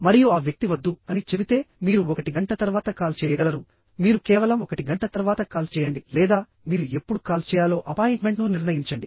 మరియు ఆ వ్యక్తి వద్దు అని చెబితే మీరు 1 గంట తర్వాత కాల్ చేయగలరు మీరు కేవలం 1 గంట తర్వాత కాల్ చేయండి లేదా మీరు ఎప్పుడు కాల్ చేయాలో అపాయింట్మెంట్ను నిర్ణయించండి